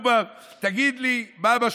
תגיד לי במה מדובר,